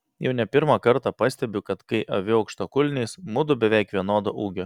jau ne pirmą kartą pastebiu kad kai aviu aukštakulniais mudu beveik vienodo ūgio